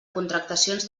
contractacions